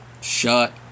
shut